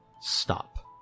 Stop